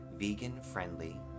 vegan-friendly